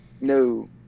No